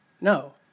no